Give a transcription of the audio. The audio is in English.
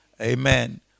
Amen